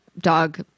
dog